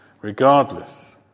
Regardless